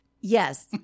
Yes